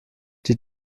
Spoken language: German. die